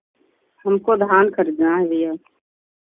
हमको धान खरीदना है भैया